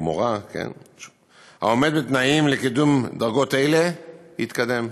מורָה העומדים בתנאים לקידום לדרגות אלה יתקדם.